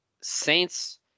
Saints